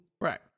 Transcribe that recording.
Right